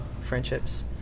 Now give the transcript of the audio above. friendships